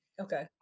Okay